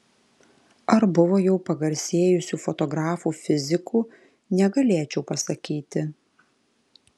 ar buvo jau pagarsėjusių fotografų fizikų negalėčiau pasakyti